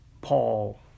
Paul